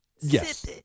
Yes